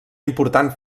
important